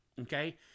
okay